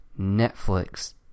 Netflix